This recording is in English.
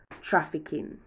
trafficking